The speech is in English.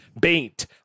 Baint